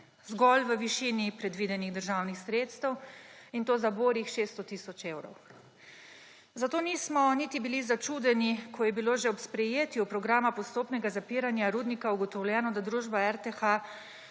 Zgolj v višini predvidenih državnih sredstev, in to za borih 600 tisoč evrov. Zato niti nismo bili začudeni, ko je bilo že ob sprejetju programa postopnega zapiranja rudnika ugotovljeno, da družba RTH